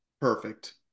Perfect